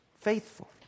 Faithful